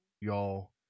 y'all